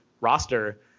roster